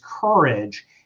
courage